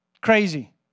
crazy